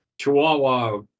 chihuahua